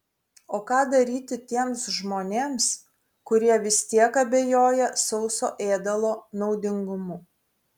o ką daryti tiems žmonėms kurie vis tiek abejoja sauso ėdalo naudingumu